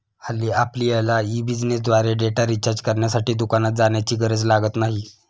हल्ली आपल्यला ई बिझनेसद्वारे डेटा रिचार्ज करण्यासाठी दुकानात जाण्याची गरज लागत नाही